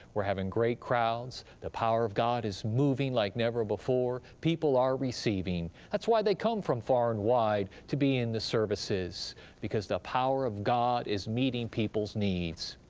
we're having great crowds, the power of god is moving like never before, people are receiving that's why they come from far and wide to be in the services because the power of god is meeting people's needs.